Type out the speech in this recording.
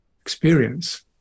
experience